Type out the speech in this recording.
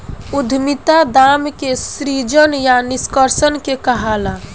उद्यमिता दाम के सृजन या निष्कर्सन के कहाला